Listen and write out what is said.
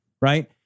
right